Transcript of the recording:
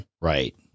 Right